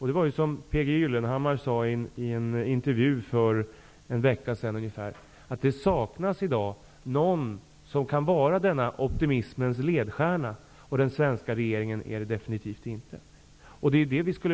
P G Gyllenhammar sade i en intervju för drygt en vecka sedan att det i dag saknas någon som kan vara optimismens ledstjärna. Den svenska regeringen är det definitivt inte.